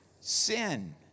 sin